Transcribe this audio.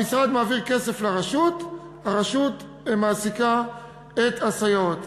המשרד מעביר כסף לרשות, הרשות מעסיקה את הסייעות.